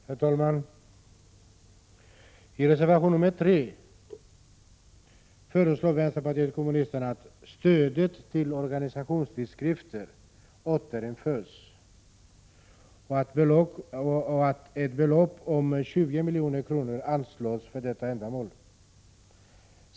Herr talman! I reservation nr 3 föreslår vänsterpartiet kommunisterna att stödet till organisationstidskrifter återinförs och att ett belopp om 20 milj.kr. anslås för detta ändamål.